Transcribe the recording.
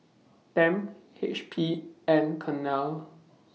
Tempt HP and Cornell